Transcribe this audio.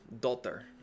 daughter